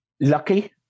Lucky